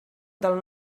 del